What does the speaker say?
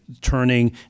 turning